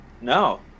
No